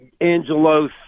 Angelo